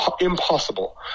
impossible